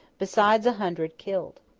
besides a hundred killed.